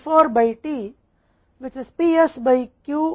P के द्वारा Q में 1 minus D के बराबर है